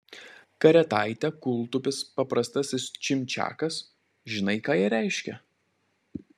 karetaitė kūltupis paprastasis čimčiakas žinai ką jie reiškia